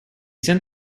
sent